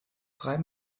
drei